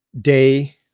day